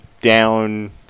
down